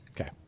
Okay